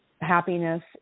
happiness